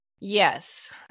Yes